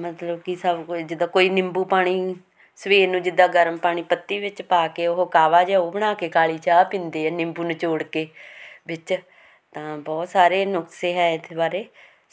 ਮਤਲਬ ਕਿ ਸਭ ਕੁਝ ਜਿੱਦਾਂ ਕੋਈ ਨਿੰਬੂ ਪਾਣੀ ਸਵੇਰ ਨੂੰ ਜਿੱਦਾਂ ਗਰਮ ਪਾਣੀ ਪੱਤੀ ਵਿੱਚ ਪਾ ਕੇ ਉਹ ਕਾਹਵਾ ਜਿਹਾ ਉਹ ਬਣਾ ਕੇ ਕਾਲੀ ਚਾਹ ਪੀਂਦੇ ਨਿੰਬੂ ਨਿਚੋੜ ਕੇ ਵਿੱਚ ਤਾਂ ਬਹੁਤ ਸਾਰੇ ਨੁਕਸੇ ਹੈ ਇੱਥੇ ਬਾਰੇ